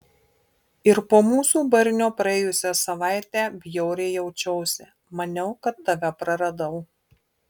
ir po mūsų barnio praėjusią savaitę bjauriai jaučiausi maniau kad tave praradau